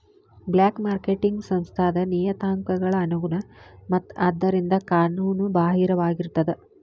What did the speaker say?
black marketing ಸಂಸ್ಥಾದ್ ನಿಯತಾಂಕಗಳ ಅನುಗುಣ ಮತ್ತ ಆದ್ದರಿಂದ ಕಾನೂನು ಬಾಹಿರವಾಗಿರ್ತದ